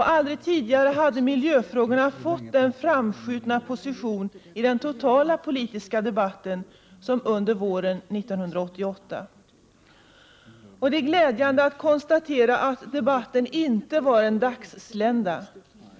Aldrig tidigare hade miljöfrågorna fått den framskjutna position i den totala politiska debatten som under våren 1988. Det är glädjande att konstatera att debatten inte var en dagslända.